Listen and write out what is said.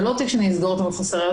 זה לא תיק שאני אסגור אותו מחוסר ראיות,